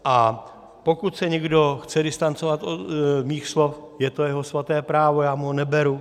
A pokud se někdo chce distancovat od mých slov, je to jeho svaté právo, já mu ho neberu.